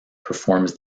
performs